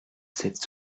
cette